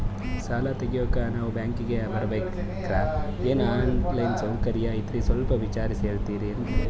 ಸಾಲ ತೆಗಿಯೋಕಾ ನಾವು ನಿಮ್ಮ ಬ್ಯಾಂಕಿಗೆ ಬರಬೇಕ್ರ ಏನು ಆನ್ ಲೈನ್ ಸೌಕರ್ಯ ಐತ್ರ ಸ್ವಲ್ಪ ವಿವರಿಸಿ ಹೇಳ್ತಿರೆನ್ರಿ?